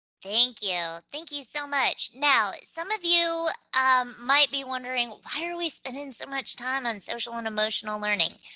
thank you. thank you so much. now, some of you um might be wondering why are we spending so much time on social and emotional learning?